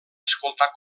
escoltar